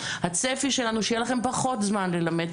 - הצפי שלנו שיהיה לכם פחות זמן ללמד,